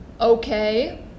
okay